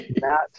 Matt